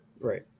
Right